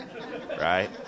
right